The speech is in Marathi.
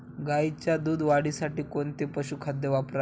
गाईच्या दूध वाढीसाठी कोणते पशुखाद्य वापरावे?